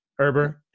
Herber